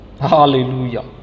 Hallelujah